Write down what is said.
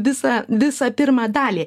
visą visą pirmą dalį